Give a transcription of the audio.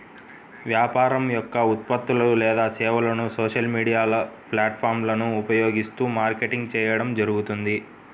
వ్యాపారం యొక్క ఉత్పత్తులు లేదా సేవలను సోషల్ మీడియా ప్లాట్ఫారమ్లను ఉపయోగిస్తూ మార్కెటింగ్ చేయడం జరుగుతుంది